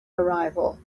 arrival